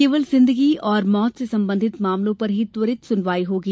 केवल जिंदगी और मौत से संबंध मामलों पर ही त्वरित सुनवाई होगी